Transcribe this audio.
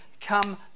come